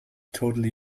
totally